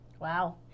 Wow